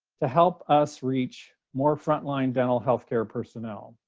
to help us reach more frontline dental healthcare personnel.